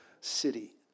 city